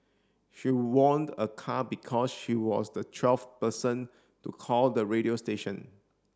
she won a car because she was the twelfth person to call the radio station